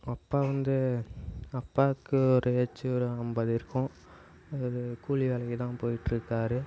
அப்பா வந்து அப்பாவுக்கு ஒரு ஏஜு ஒரு ஐம்பது இருக்கும் அவரு கூலி வேலைக்குதான் போயிட்டுருக்கார்